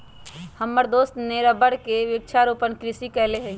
हमर दोस्त ने रबर के वृक्षारोपण कृषि कईले हई